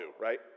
right